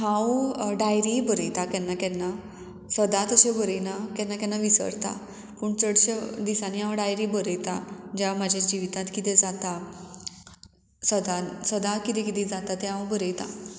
हांव डायरीय बरयता केन्ना केन्ना सदां तशें बरयना केन्ना केन्ना विसरता पूण चडश्या दिसांनी हांव डायरी बरयता जे हांव म्हाज्या जिवितांत किदें जाता सदां सदां किदें किदें जाता तें हांव बरयता